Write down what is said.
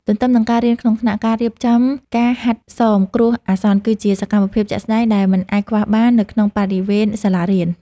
ទន្ទឹមនឹងការរៀនក្នុងថ្នាក់ ការរៀបចំការហាត់សមគ្រោះអាសន្ន គឺជាសកម្មភាពជាក់ស្ដែងដែលមិនអាចខ្វះបាននៅក្នុងបរិវេណសាលារៀន។